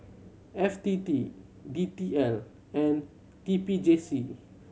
F T T D T L and T P J C